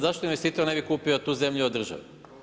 Zašto investitor ne bi kupio tu zemlju od države.